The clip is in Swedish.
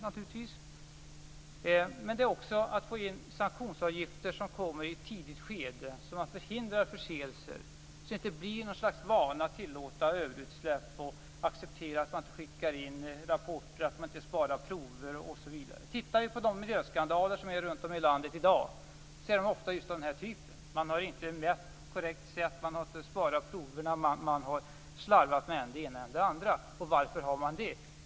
Det handlar också om att få in sanktionsavgifter som kommer i ett tidigt skede så att man förhindrar förseelser. Det får inte bli något slags vana att tillåta överutsläpp, att acceptera att man inte skickar in rapporter och inte sparar prover osv. Tittar vi på miljöskandalerna runt om i landet i dag ser vi att de ofta är just av den här typen. Man har inte mätt på ett korrekt sätt, man har inte sparat proverna, man har slarvat med än det ena och än det andra. Och varför har man det?